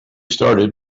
started